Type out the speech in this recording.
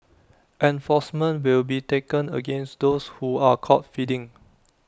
enforcement will be taken against those who are caught feeding